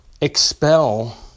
expel